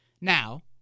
Now